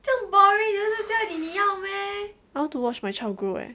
I want to watch my child grow eh